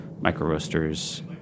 micro-roasters